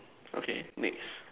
okay next